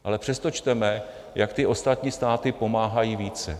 Ale přesto čteme, jak ostatní státy pomáhají více.